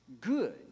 good